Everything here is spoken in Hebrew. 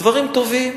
דברים טובים,